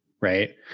right